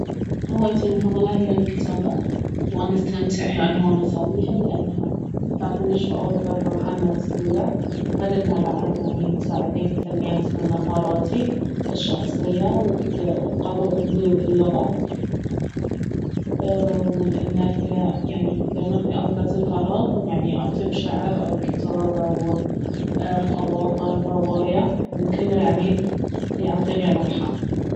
هوايتي المفضلة اهي الكتابة وانا استمتع وايد وانا اسويها لانها تعطيني شعور بالراحة النفسية غير انها بعد يعني تساعدني في تنمية مهاراتي الشخصية وتقوي عندي اللغة ولان اهيا دايما في اوقات الفراغ اكتب شعر او كتاب او خواطر رواية وكله يعني يعطيني راحة